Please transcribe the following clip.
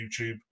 YouTube